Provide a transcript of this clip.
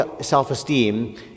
self-esteem